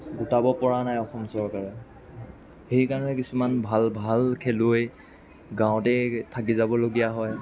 গোটাব পৰা নাই অসম চৰকাৰে সেইকাৰণে কিছুমান ভাল ভাল খেলুৱৈ গাঁৱতে থাকি যাবলগীয়া হয়